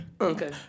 Okay